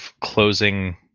closing